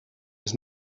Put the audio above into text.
was